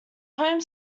home